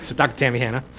so dr. tammy hanna.